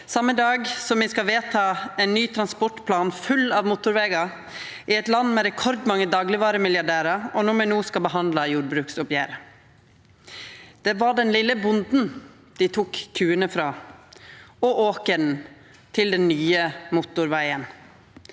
som me skal vedta ein ny transportplan full av motorvegar, i eit land med rekordmange daglegvaremilliardærar, og når me no skal behandla jordbruksoppgjeret: «Det var den lille bonden de tok kuene fra og åkeren til den nye motorveien.